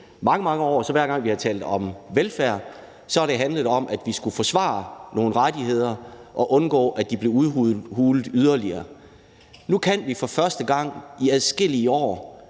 mange, mange år, har det, hver gang vi har talt om velfærd, handlet om, at vi skulle forsvare nogle rettigheder og undgå, at de blev udhulet yderligere. Nu kan vi for første gang i adskillige år